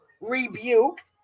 rebuke